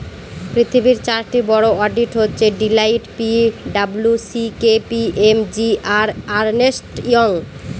পৃথিবীর চারটি বড়ো অডিট হচ্ছে Deloitte P W C K P M G আর আর্নেস্ট ইয়ং